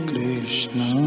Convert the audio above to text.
Krishna